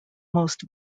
most